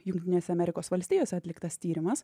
jungtinėse amerikos valstijose atliktas tyrimas